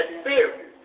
spirit